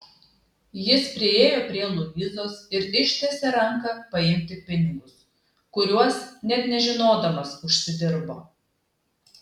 jis priėjo prie luizos ir ištiesė ranką paimti pinigus kuriuos net nežinodamas užsidirbo